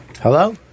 Hello